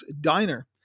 Diner